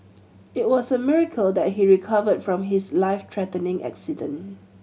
it was a miracle that he recovered from his life threatening accident